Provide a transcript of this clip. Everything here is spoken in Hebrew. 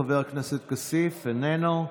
חבר הכנסת כסיף, איננו.